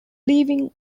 leaving